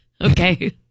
Okay